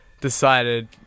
decided